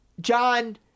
John